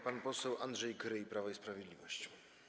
Pan poseł Andrzej Kryj, Prawo i Sprawiedliwość.